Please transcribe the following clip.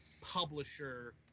publisher